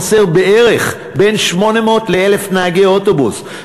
חסרים בין 800 ל-1,000 נהגי אוטובוס.